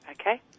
okay